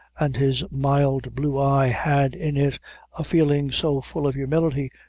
and his mild blue eye had in it a feeling so full of humility,